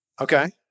Okay